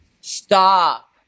Stop